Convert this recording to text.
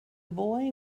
boy